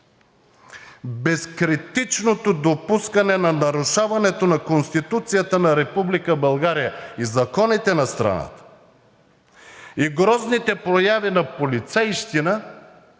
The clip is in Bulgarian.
Безкритичното допускане на нарушаването на Конституцията на Република България и законите на страната и грозните прояви на полицейщина